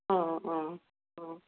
অ' অ' অ'